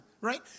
right